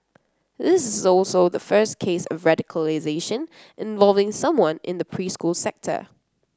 this is also the first case of radicalisation involving someone in the preschool sector